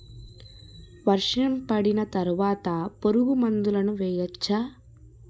వర్షం పడిన తర్వాత పురుగు మందులను వేయచ్చా?